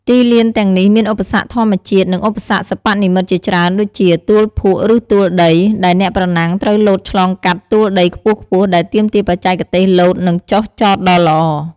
ទីលានទាំងនេះមានឧបសគ្គធម្មជាតិ និងឧបសគ្គសិប្បនិម្មិតជាច្រើនដូចជា ទួលភក់ឬទួលដី ដែលអ្នកប្រណាំងត្រូវលោតឆ្លងកាត់ទួលដីខ្ពស់ៗដែលទាមទារបច្ចេកទេសលោត និងចុះចតដ៏ល្អ។